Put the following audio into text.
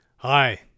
Hi